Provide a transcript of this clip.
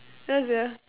ya sia